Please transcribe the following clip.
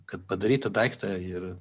kad padaryt tą daiktą ir